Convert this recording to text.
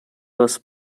was